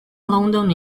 london